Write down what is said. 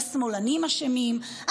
השמאלנים אשמים,